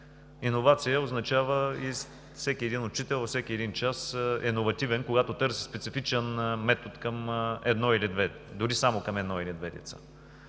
Иновация означава: всеки един учител, всеки един час е иновативен, когато търси специфичен метод към едно или две деца, дори само към едно или две деца.